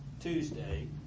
Tuesday